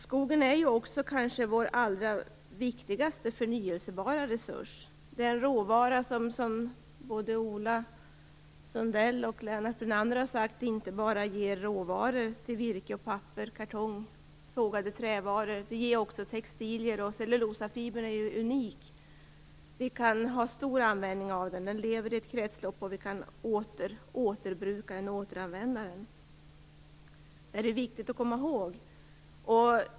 Skogen är vår allra viktigaste förnybara resurs. Den ger inte bara råvara till virke, papper, kartong och sågade trävaror, som både Ola Sundell och Lennart Brunander har sagt. Den ger också textilier. Cellulosafibern är unik. Vi kan ha stor användning av den. Den lever i ett kretslopp, och vi kan återbruka och återanvända den. Det här är viktigt att komma ihåg.